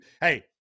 Hey